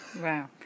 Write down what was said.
Wow